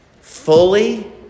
fully